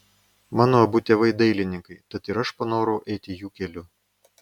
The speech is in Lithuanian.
mano abu tėvai dailininkai tad ir aš panorau eiti jų keliu